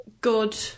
good